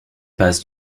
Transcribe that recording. passe